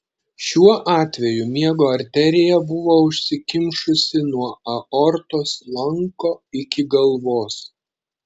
šiuo atveju miego arterija buvo užsikimšusi nuo aortos lanko iki galvos